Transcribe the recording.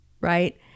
right